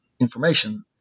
information